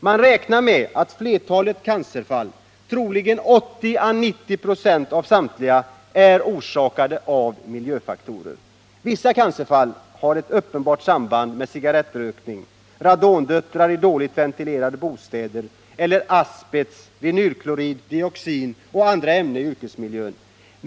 Man räknar med att flertalet cancerfall, troligen 80 å 90 26 av samtliga, är orsakade av miljöfaktorer. Vissa cancerfall har ett uppenbart samband med cigarettrökning, radondöttrar i dåligt ventil2rade bostäder eller asbest, vinylklorid, dioxin och andra ämnen i yrkesmiljön.